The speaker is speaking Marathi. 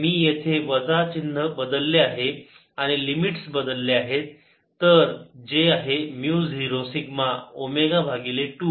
मी येथे वजा चिन्ह बदलले आहे आणि लिमिट्स बदलले आहे तर जे आहे म्यु 0 सिग्मा ओमेगा भागिले 2